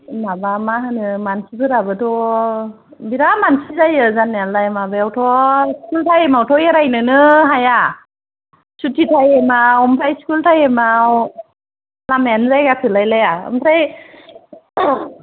माबा मा होनो मानसिफोराबोथ' बिराथ मानसि जायो जानायालाय माबायाव थ' स्कुल टाइमआव थ' एरायनो नो हाया चुटटि टाइम आव ओमफ्राय स्कुल टाइमआव लामायानो जायगा थोलाय लाया ओमफ्राय